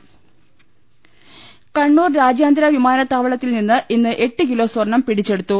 ദർവ്വട്ടെഴ കണ്ണൂർ രാജ്യാന്തര വിമാനത്താവളത്തിൽ നിന്ന് ഇന്ന് എട്ട് കിലോ സ്വർണ്ണം പിടിച്ചെടുത്തു